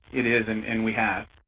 it is and and we have,